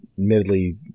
Admittedly